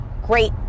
great